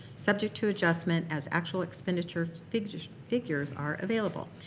subject to adjustment as actual expenditures figures figures are available.